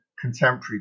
contemporary